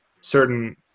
certain